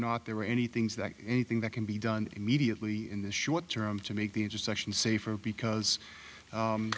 were any things that anything that can be done immediately in the short term to make the intersection safer because